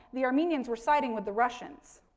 the armenians were siding with the russians.